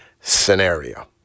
scenario